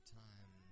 time